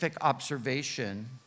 observation